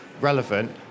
relevant